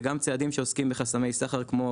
וגם צעדים שעוסקים בחסמי סחר כמו